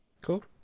cool